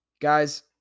Guys